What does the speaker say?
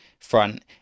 front